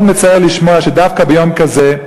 מאוד מצער לשמוע שדווקא ביום כזה,